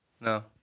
no